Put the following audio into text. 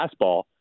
fastball